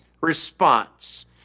response